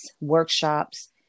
workshops